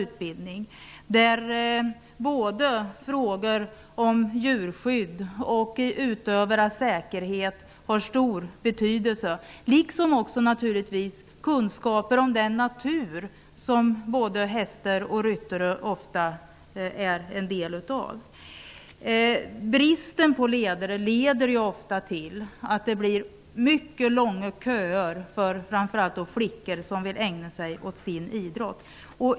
Frågor om djurskydd och utövande av säkerhet har stor betydelse, liksom kunskap om den natur som både hästar och ryttare är en del av. Bristen på ledare medför ofta att det blir mycket långa köer för framför allt flickor som vill ägna sig åt sin idrott.